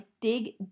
dig